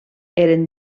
eren